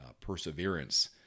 perseverance